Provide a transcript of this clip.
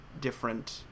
different